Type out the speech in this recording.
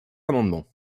amendement